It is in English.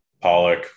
Pollock